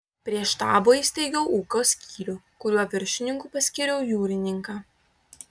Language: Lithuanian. prie štabo įsteigiau ūkio skyrių kurio viršininku paskyriau jūrininką